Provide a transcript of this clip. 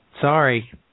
Sorry